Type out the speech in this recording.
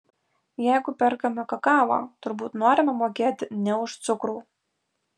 jeigu perkame kakavą turbūt norime mokėti ne už cukrų